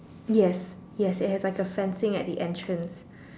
yes yes it has like a fencing at the entrance